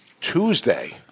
Tuesday